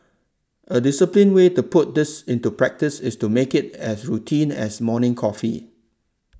a disciplined way to put this into practice is to make it as routine as morning coffee